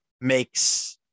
makes